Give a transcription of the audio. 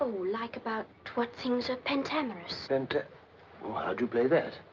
like about what things are pentamerous. penta. oh, how do you play that?